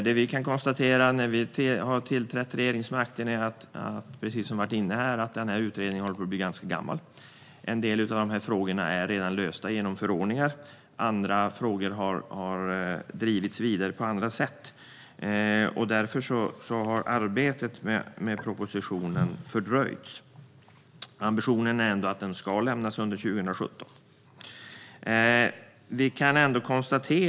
Regeringen har sedan den tillträdde kunnat konstatera att utredningen, precis som vi har varit inne på, håller på att bli ganska gammal. En del av frågorna är redan lösta genom förordningar. Andra frågor har drivits vidare på andra sätt. Därför har arbetet med propositionen fördröjts. Ambitionen är ändå att den ska lämnas under 2017.